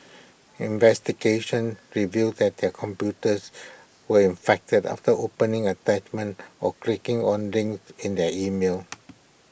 investigations revealed that their computers were infected after opening attachments or clicking on links in their emails